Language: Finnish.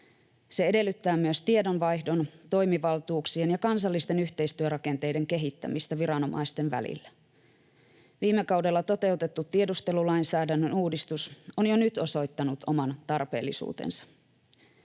Se edellyttää myös tiedonvaihdon, toimivaltuuksien ja kansallisten yhteistyörakenteiden kehittämistä viranomaisten välillä. Viime kaudella toteutettu tiedustelulainsäädännön uudistus on jo nyt osoittanut oman tarpeellisuutensa.